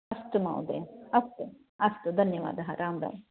अस्तु महोदय अस्तु अस्तु धन्यवादः राम् राम्